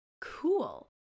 cool